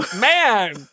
Man